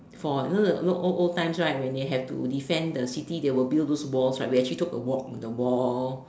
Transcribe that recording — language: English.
for you know the lot old old times right when they have to defend the city they will build those walls right we actually took a walk on the wall